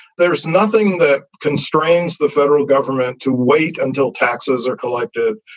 there is nothing that constrains the federal government to wait until taxes are collected,